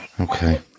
Okay